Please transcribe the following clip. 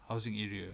housing area